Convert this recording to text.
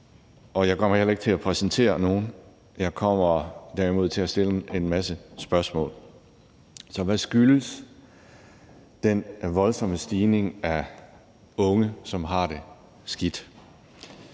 og jeg kommer heller ikke til at præsentere nogen. Jeg kommer derimod til at stille en masse spørgsmål. Hvad skyldes den voldsomme stigning i antallet af unge, som har det skidt?